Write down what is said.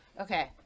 Okay